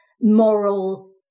moral